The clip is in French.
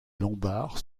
lombards